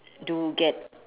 do get